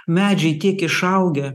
medžiai tiek išaugę